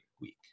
week